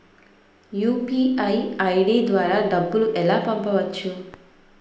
UPI ID ద్వారా డబ్బులు ఎలా పంపవచ్చు?